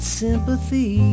sympathy